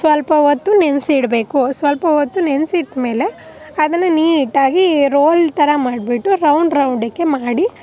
ಸ್ವಲ್ಪ ಹೊತ್ತು ನೆನೆಸಿಡ್ಬೇಕು ಸ್ವಲ್ಪ ಹೊತ್ತು ನೆನ್ಸಿಟ್ಟ ಮೇಲೆ ಅದನ್ನು ನೀಟಾಗಿ ರೋಲ್ ಥರ ಮಾಡ್ಬಿಟ್ಟು ರೌಂಡ್ ರೌಂಡಕ್ಕೆ ಮಾಡಿ